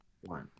One